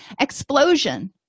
Explosion